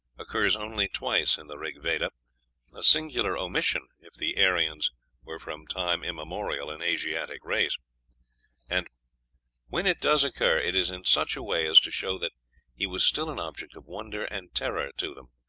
occurs only twice in the rig-veda a singular omission if the aryans were from time immemorial an asiatic race and when it does occur, it is in such a way as to show that he was still an object of wonder and terror to them.